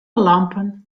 lampen